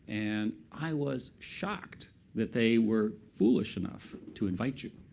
and i was shocked that they were foolish enough to invite you,